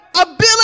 ability